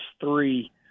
three